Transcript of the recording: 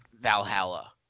Valhalla